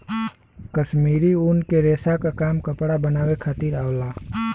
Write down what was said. कश्मीरी ऊन के रेसा क काम कपड़ा बनावे खातिर आवला